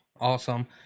Awesome